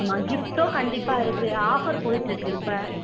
ஆமாம் கிஃப்ட்டும் கண்டிப்பாக இருக்கு ஆஃபர் போயிட்டுருக்கு இப்போ